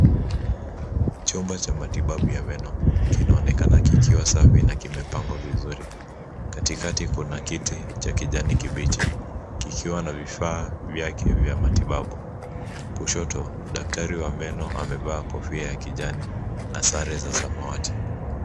Chumba cha matibabu ya meno kinaonekana kikiwa safi na kimepangwa vizuri. Katikati kuna kiti cha kijani kibichi kikiwa na vifaa vyake vya matibabu. Kushoto daktari wa meno amevaa kofia ya kijani na sare za samawati.